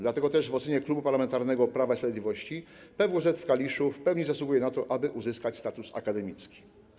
Dlatego też w ocenie Klubu Parlamentarnego Prawo i Sprawiedliwość PWSZ w Kaliszu w pełni zasługuje na to, aby uzyskała status akademicki.